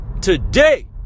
today